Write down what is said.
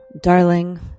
darling